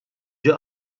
ġie